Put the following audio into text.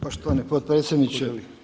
Poštovani potpredsjedniče.